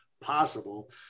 possible